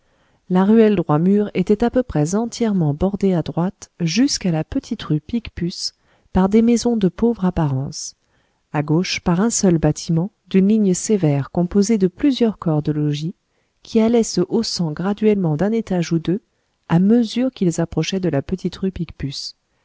la ruelle droit mur était à peu près entièrement bordée à droite jusqu'à la petite rue picpus par des maisons de pauvre apparence à gauche par un seul bâtiment d'une ligne sévère composé de plusieurs corps de logis qui allaient se haussant graduellement d'un étage ou deux à mesure qu'ils approchaient de la petite rue picpus